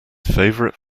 favourite